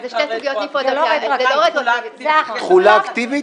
זה לא נקרא רטרואקטיבי, זה נקרא "תחולה אקטיבית".